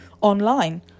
online